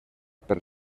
per